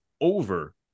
over